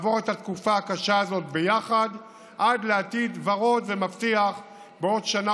לעבור את התקופה הקשה הזאת יחד עד לעתיד ורוד ומבטיח בעוד שנה